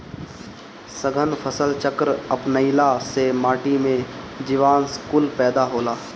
सघन फसल चक्र अपनईला से माटी में जीवांश कुल पैदा होला